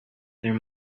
there